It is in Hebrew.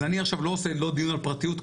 אז אני עכשיו לא עושה דיון על פרטיות,